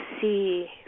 see